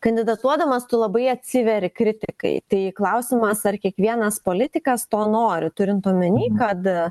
kandidatuodamas tu labai atsiveri kritikai tai klausimas ar kiekvienas politikas to nori turint omeny kad